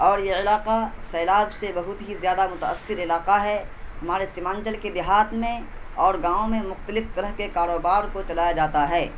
اور یہ علاقہ سیلاب سے بہت ہی زیادہ متاثر علاقہ ہے ہمارے سیمانچل کے دیہات میں اور گاؤں میں مختلف طرح کے کاروبار کو چلایا جاتا ہے